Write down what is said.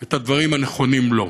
את הדברים הנכונים לו.